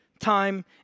time